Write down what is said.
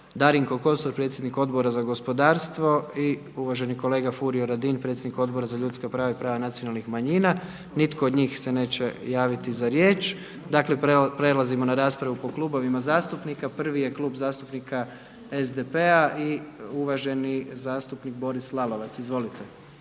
Darinko Kosor, predsjednik Odbora za gospodarstvo. I uvaženi kolega Furio Radin, predsjednik Odbora za ljudska prava i prava nacionalnih manjina. Nitko od njih se neće javiti za riječ. Dakle, prelazimo na raspravu po klubovima zastupnika. Prvi je Klub zastupnika SDP-a i uvaženi zastupnik Boris Lalovac. Izvolite.